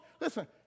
listen